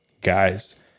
guys